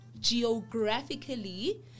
geographically